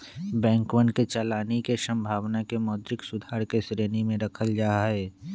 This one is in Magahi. बैंकवन के चलानी के संभावना के मौद्रिक सुधार के श्रेणी में रखल जाहई